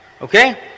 okay